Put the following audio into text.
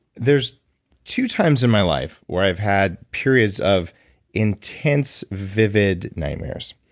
there's two times in my life where i've had periods of intense, vivid nightmares.